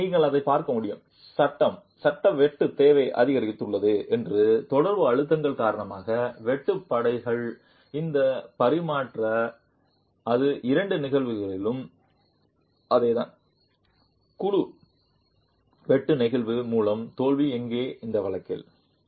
எனவே நீங்கள் அதை பார்க்க முடியும் சட்ட வெட்டு தேவை அதிகரித்துள்ளது என்று தொடர்பு அழுத்தங்கள் காரணமாக வெட்டு படைகள் இந்த பரிமாற்ற அது இரண்டு நிகழ்வுகளிலும் அதே தான் கூட குழு வெட்டு நெகிழ் மூலம் தோல்வி எங்கே இந்த வழக்கில்